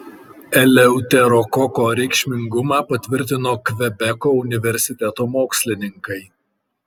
eleuterokoko reikšmingumą patvirtino kvebeko universiteto mokslininkai